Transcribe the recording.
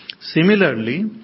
Similarly